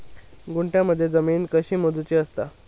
गुंठयामध्ये जमीन कशी मोजूची असता?